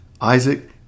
Isaac